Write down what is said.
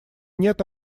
нет